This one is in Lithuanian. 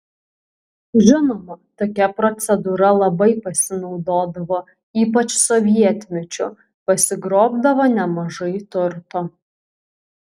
žinoma tokia procedūra labai pasinaudodavo ypač sovietmečiu pasigrobdavo nemažai turto